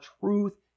truth